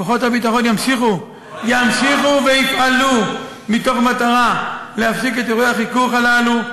כוחות הביטחון ימשיכו ויפעלו מתוך מטרה להפסיק את אירועי החיכוך הללו,